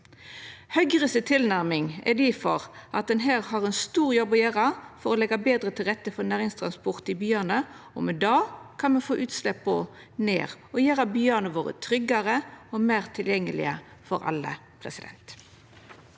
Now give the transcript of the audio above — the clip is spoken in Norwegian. Høgres tilnærming er difor at ein her har ein stor jobb å gjera for å leggja betre til rette for næringstransport i byane, og med det kan me få utsleppa ned og gjera byane våre tryggare og meir tilgjengelege for alle. Erling